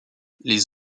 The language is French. les